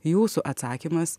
jūsų atsakymas